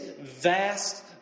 vast